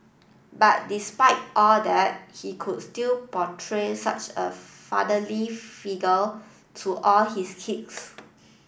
but despite all that he could still portray such a fatherly figure to all his kids